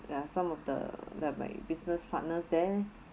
there are some of the like my business partners there